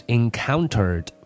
encountered